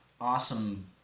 awesome